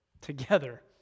Together